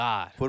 God